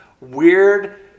weird